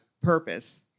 purpose